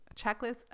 checklist